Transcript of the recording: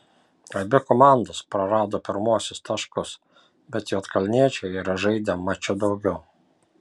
abi komandos prarado pirmuosius taškus bet juodkalniečiai yra žaidę maču daugiau